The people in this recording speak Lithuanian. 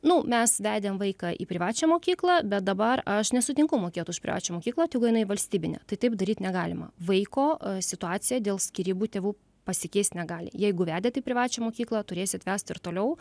nu mes vedėm vaiką į privačią mokyklą bet dabar aš nesutinku mokėt už privačią mokyklą tegu eina į valstybinę tai taip daryt negalima vaiko situacija dėl skyrybų tėvų pasikeist negali jeigu vedėt į privačią mokyklą tai turėsit vest ir toliau